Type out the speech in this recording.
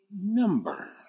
number